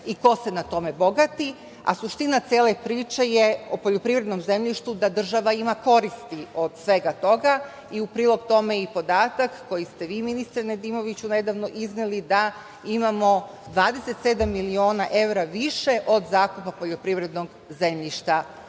i ko se na tome bogati. Suština cele priče je o poljoprivrednom zemljištu da država ima koristi od svega toga. U prilog tome i podatak koji ste vi, ministre Nedimoviću, nedavno izneli da imamo 27 miliona evra više od zakupa poljoprivrednog zemljišta